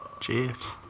Chiefs